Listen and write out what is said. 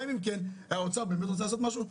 אם האוצר באמת רוצה לעשות משהו,